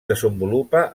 desenvolupa